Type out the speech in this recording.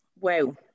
Wow